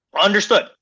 Understood